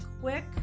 quick